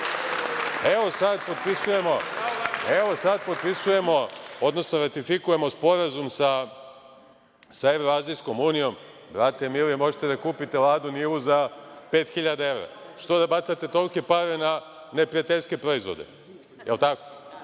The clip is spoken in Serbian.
sad potpisujemo, odnosno ratifikujemo Sporazum sa Evroazijskom unijom, brate mili, možete da kupite "Ladu Nivu" za 5.000 evra, što da bacate tolike pare na neprijateljske proizvode! Vi direktno